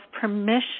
permission